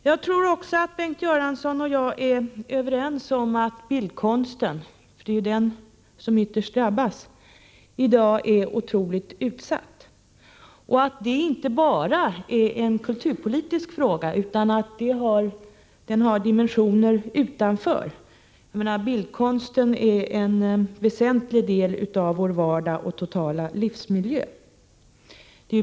Jag tror att Bengt Göransson och jag också är överens om att bildkonsten — för det är den som ytterst drabbas i dag — är otroligt utsatt och att detta inte bara är en kulturpolitisk fråga utan också har dimensioner utanför kulturpolitiken. Jag menar att bildkonsten är en väsentlig del av vår vardag och vår totala livsmiljö.